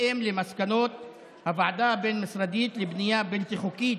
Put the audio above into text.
בהתאם למסקנות הוועדה הבין-משרדית לבנייה בלתי חוקית,